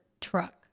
truck